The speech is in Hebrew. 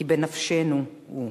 כי בנפשנו הוא.